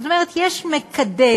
זאת אומרת, יש מקדם.